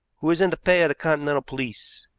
who is in the pay of the continental police.